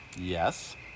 Yes